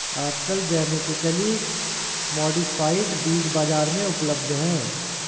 आजकल genetically modified बीज बाजार में उपलब्ध है